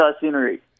scenery